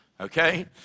okay